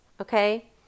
okay